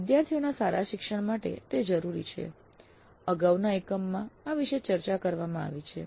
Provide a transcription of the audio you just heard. વિદ્યાર્થીઓના સારા શિક્ષણ માટે તે જરૂરી છે અગાઉના એકમમાં આ વિષે ચર્ચા કરવામાં આવી છે